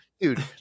Dude